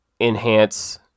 enhance